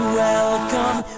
welcome